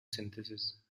synthesis